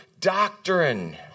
doctrine